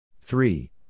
Three